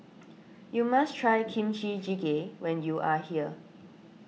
you must try Kimchi Jjigae when you are here